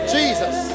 Jesus